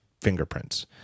fingerprints